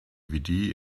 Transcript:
dvd